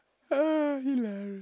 ah hilarious